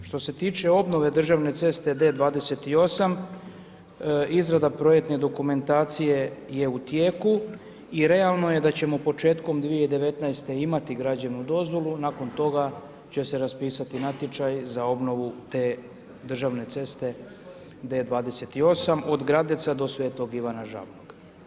Što se tiče obnove državne ceste D28 izrada projektne dokumentacije je u tijeku i realno je da ćemo početkom 2019. imati građevnu dozvolu, nakon toga će se raspisati natječaj za obnovu te državne ceste D28 od Gradeca do Svetog Ivana Žabnog.